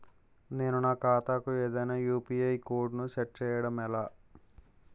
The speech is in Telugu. నేను నా ఖాతా కు ఏదైనా యు.పి.ఐ కోడ్ ను సెట్ చేయడం ఎలా?